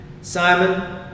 Simon